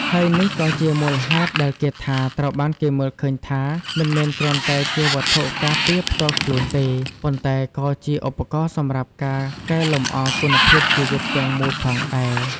ហើយនេះក៏ជាមូលហេតុ ដែលគាថាត្រូវបានគេមើលឃើញថាមិនមែនគ្រាន់តែជាវត្ថុការពារផ្ទាល់ខ្លួនទេ ប៉ុន្តែក៏ជាឧបករណ៍សម្រាប់ការកែលម្អគុណភាពជីវិតទាំងមូលផងដែរ។